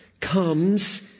comes